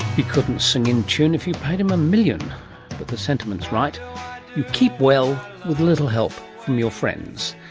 he couldn't sing in tune if you paid him a million! but the sentiment is right you keep well with a little help from your friends.